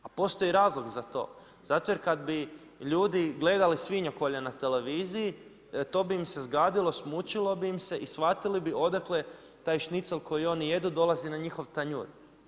A postoji razlog za to, zato jer kada bi ljudi gledali svinjokolje na televiziji to bi im se zgadilo, smučilo bi im se i shvatili bi odakle taj šnicl koji oni jedu dolazi na njihov tanjur.